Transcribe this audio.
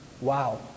Wow